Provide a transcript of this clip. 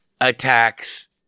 attacks